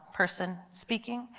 person speaking.